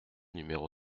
numéro